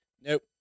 Nope